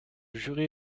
jury